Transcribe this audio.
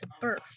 birth